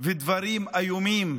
ודברים איומים.